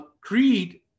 creed